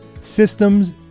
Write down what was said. Systems